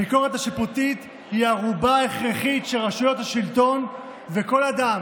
הביקורת השיפוטית היא ערובה הכרחית שרשויות השלטון וכל אדם